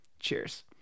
Cheers